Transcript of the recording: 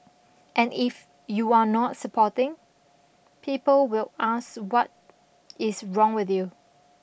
and if you are not supporting people will ask what is wrong with you